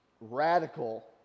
radical